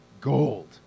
gold